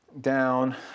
down